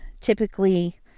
typically